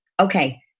okay